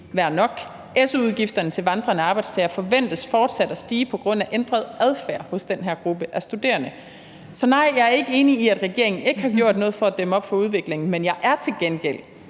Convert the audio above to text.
være nok. Su-udgifterne til vandrende arbejdstagere forventes fortsat at stige på grund af ændret adfærd hos den her gruppe af studerende. Så nej: Jeg er ikke enig i, at regeringen ikke har gjort noget for at dæmme op for udviklingen. Men jeg er til gengæld